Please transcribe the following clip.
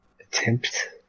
attempt